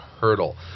hurdle